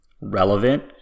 relevant